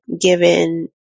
given